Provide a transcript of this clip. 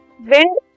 wind